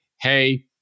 hey